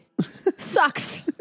sucks